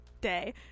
Day